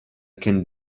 can